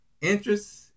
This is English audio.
interest